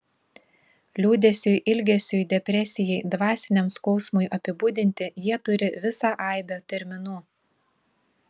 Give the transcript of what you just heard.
liūdesiui ilgesiui depresijai dvasiniam skausmui apibūdinti jie turi visą aibę terminų